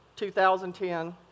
2010